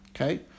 Okay